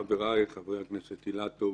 חבריי, חברי הכנסת אילטוב